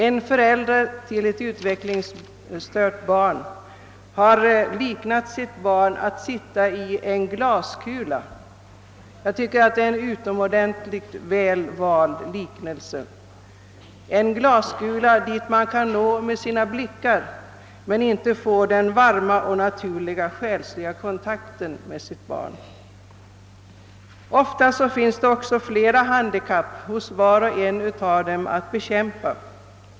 En förälder till ett utvecklingsstört barn har gjort en utomordentligt väl vald liknelse och sagt, att barnet sitter i en glaskula. Man kan nå glaskulan med sina blickar men inte få den varma och naturliga själsliga kontakten med sitt barn. Ofta finns flera handikapp hos vart och ett av dessa barn att bekämpa.